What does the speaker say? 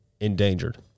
endangered